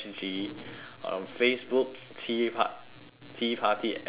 on facebook tea par~ tea party S_G